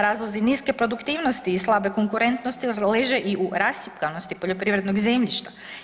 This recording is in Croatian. Razlozi niske produktivnosti i slabe konkurentnosti leže i u rascjepkanosti poljoprivrednog zemljišta.